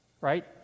right